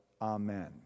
Amen